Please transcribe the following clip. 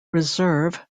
reserve